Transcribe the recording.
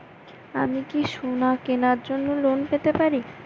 আমি কি সোনা কেনার জন্য লোন পেতে পারি?